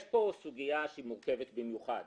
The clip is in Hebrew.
יש פה סוגיה מורכבת במיוחד.